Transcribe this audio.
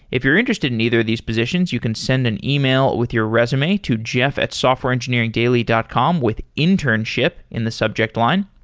if you're interested in either of these positions, you can send an email with your resume to jeff at softwareengineeringdaily dot com with internship in the subject line.